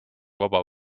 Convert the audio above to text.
vaba